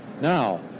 Now